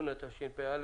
שלום לכולם,